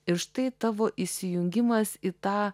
ir štai tavo įsijungimas į tą